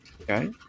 okay